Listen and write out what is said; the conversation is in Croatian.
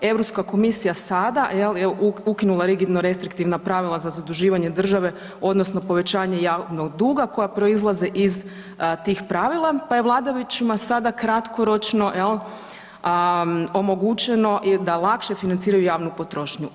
EU komisija sada jel je ukinula rigidno restriktivna pravila za zaduživanje države odnosno povećanje javnog duga koja proizlaze iz tih pravila, pa je vladajućima sada kratkoročno jel omogućeno da lakše financiraju javnu potrošnju.